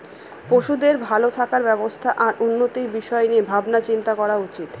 পশুদের ভালো থাকার ব্যবস্থা আর উন্নতির বিষয় নিয়ে ভাবনা চিন্তা করা উচিত